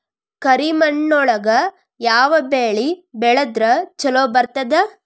ಕರಿಮಣ್ಣೊಳಗ ಯಾವ ಬೆಳಿ ಬೆಳದ್ರ ಛಲೋ ಬರ್ತದ?